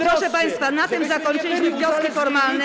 Proszę państwa, na tym zakończyliśmy wnioski formalne.